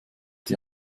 dir